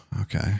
okay